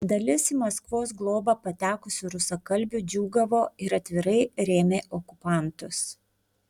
dalis į maskvos globą patekusių rusakalbių džiūgavo ir atvirai rėmė okupantus